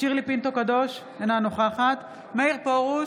שירלי פינטו קדוש, אינה נוכחת מאיר פרוש,